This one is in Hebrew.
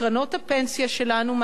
מקרנות הפנסיה שלנו,